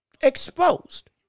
exposed